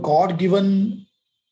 God-given